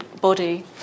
body